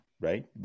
Right